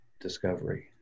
Discovery